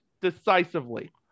decisively